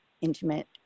intimate